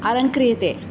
अलङ्क्रीयते